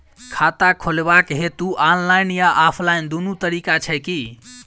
खाता खोलेबाक हेतु ऑनलाइन आ ऑफलाइन दुनू तरीका छै की?